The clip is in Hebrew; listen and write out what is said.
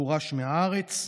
שגורש מן הארץ,